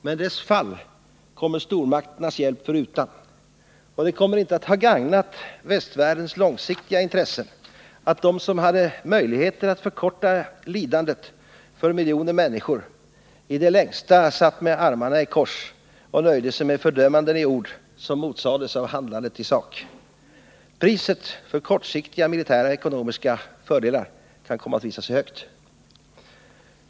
Men dess fall kommer stormakternas hjälp förutan. Och det kommer inte att ha gagnat västvärldens långsiktiga intressen att de som hade möjligheter att förkorta lidandet för miljoner människor i det längsta satt med armarna i kors och nöjde sig med fördömanden i ord som motsades av handlandet i sak. Priset för kortsiktiga militära och ekonomiska fördelar kan komma att visa sig högt.